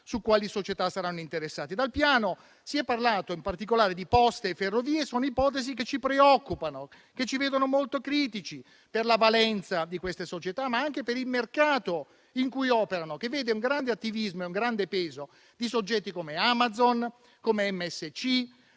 su quali società saranno interessate dal piano. Si è parlato in particolare di Poste e Ferrovie dello Stato. Sono ipotesi che ci preoccupano e ci vedono molto critici per la valenza di queste società, ma anche per il mercato in cui operano, che vede un grande attivismo e un grande peso di soggetti come Amazon e MSC.